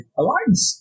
alliance